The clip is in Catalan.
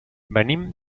venim